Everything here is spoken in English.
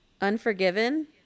Unforgiven